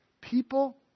people